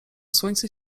słońce